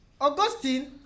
Augustine